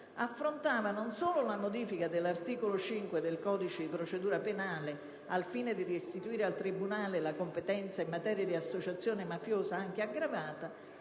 affrontava non solo la modifica dell'articolo 5 del codice di procedura penale al fine di restituire al tribunale la competenza in materia di associazione mafiosa anche aggravata,